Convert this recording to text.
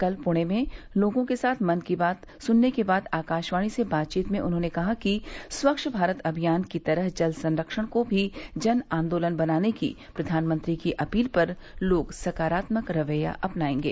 कल पृणे में लोगों के साथ मन को बात सुनने के बाद आकाशवाणी से बातचीत में उन्होंने कहा कि स्वच्छ भारत अभियान की तरह जल सरक्षण को भी जन आंदोलन बनाने की प्रधानमंत्री की अपील पर लोग सकारात्मक रवैया अपनायेंगे